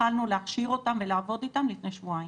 התחלנו להכשיר אותם ולעבוד איתם לפני שבועיים.